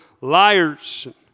liars